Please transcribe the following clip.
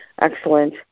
Excellent